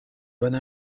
bonne